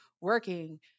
working